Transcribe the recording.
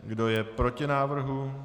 Kdo je proti návrhu?